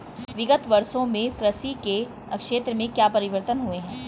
विगत वर्षों में कृषि के क्षेत्र में क्या परिवर्तन हुए हैं?